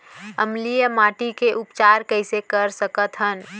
अम्लीय माटी के उपचार कइसे कर सकत हन?